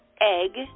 egg